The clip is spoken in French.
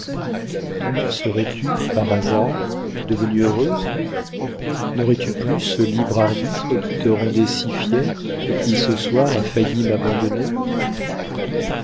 serais-tu par hasard devenue heureuse n'aurais-tu plus ce libre arbitre qui te rendait si fière et qui ce soir a failli m'abandonner